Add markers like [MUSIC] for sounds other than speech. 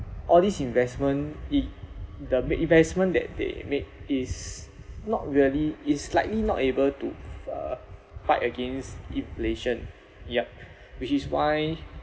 all these investment it the investment that they made is not really is slightly not able to uh fight against inflation yup [BREATH] which is why